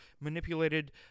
manipulated